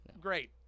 great